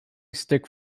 stick